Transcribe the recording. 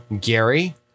Gary